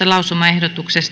lausumaehdotuksen